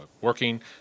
working